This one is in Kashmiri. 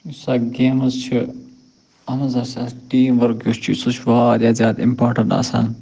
یُس سا گیمٕز چھِ اَتھ منٛز ہسا ٹیٖم ؤرٕک یُس چھُ سُہ چھُ واریاہ زیادٕ اِمپاٹنٛٹ آسان